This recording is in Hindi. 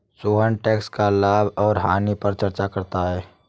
सोहन टैक्स का लाभ और हानि पर चर्चा करता है